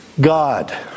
God